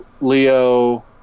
Leo